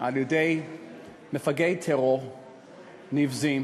על-ידי מפגעי טרור נבזים